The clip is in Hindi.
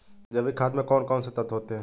जैविक खाद में कौन कौन से तत्व होते हैं?